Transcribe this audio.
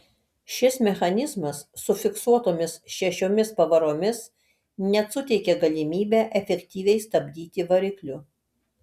šis mechanizmas su fiksuotomis šešiomis pavaromis net suteikė galimybę efektyviai stabdyti varikliu